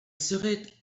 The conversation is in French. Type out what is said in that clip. serait